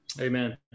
Amen